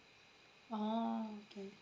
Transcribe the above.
oh okay